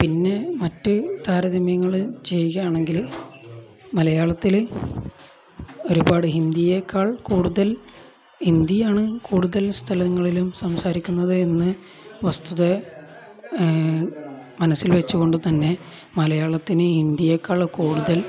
പിന്നെ മറ്റു താരതമ്യങ്ങള് ചെയ്യുകയാണെങ്കില് മലയാളത്തില് ഒരുപാട് ഹിന്ദിയെക്കാൾ കൂടുതൽ ഹിന്ദിയാണു കൂടുതൽ സ്ഥലങ്ങളിലും സംസാരിക്കുന്നത് എന്ന വസ്തുത മനസ്സിൽ വച്ചുകൊണ്ടുതന്നെ മലയാളത്തിനു ഹിന്ദിയെക്കാള് കൂടുതൽ